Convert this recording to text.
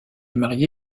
marié